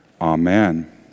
amen